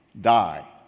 die